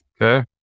Okay